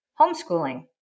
homeschooling